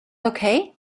okay